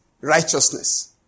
righteousness